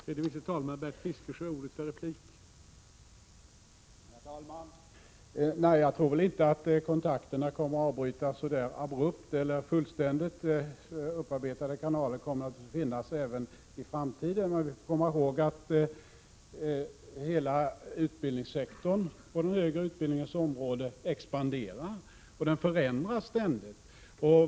Herr talman! Nej, jag tror inte att kontakterna kommer att avbrytas abrupt eller fullständigt, utan upparbetade kanaler kommer naturligtvis att finnas även i framtiden. Men vi måste komma ihåg att den högre utbildningssektorn ständigt expanderar och förändras.